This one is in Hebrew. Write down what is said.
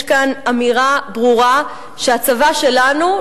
יש כאן אמירה ברורה שהצבא שלנו,